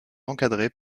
encadrés